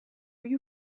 you